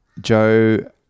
Joe